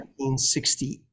1968